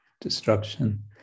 destruction